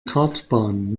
kartbahn